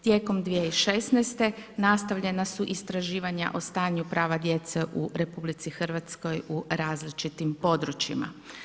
Tijekom 2016. nastavljena su istraživanja o stanju prava djece u RH u različitim područjima.